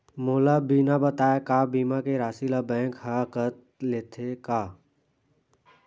मोला बिना बताय का बीमा के राशि ला बैंक हा कत लेते का?